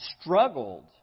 struggled